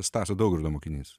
stasio daugirdo mokinys